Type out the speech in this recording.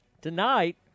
tonight